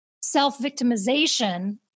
self-victimization